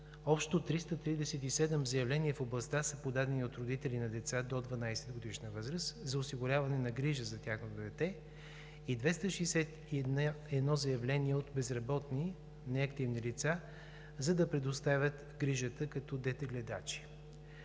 общо 337 заявления в областта са подадени от родители на деца до 12-годишна възраст за осигуряване на грижа за тяхното дете и 261 заявления от безработни, неактивни лица, за да предоставят грижата като детегледачи.